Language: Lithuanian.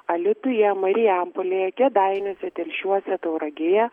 alytuje marijampolėje kėdainiuose telšiuose tauragėje